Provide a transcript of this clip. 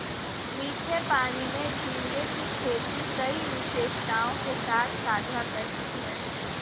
मीठे पानी में झींगे की खेती कई विशेषताओं के साथ साझा करती है